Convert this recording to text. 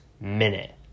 minute